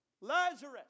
Lazarus